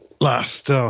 last